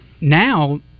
now